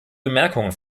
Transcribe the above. bemerkungen